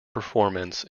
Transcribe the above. performance